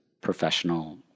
professional